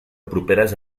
properes